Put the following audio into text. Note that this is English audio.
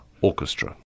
Orchestra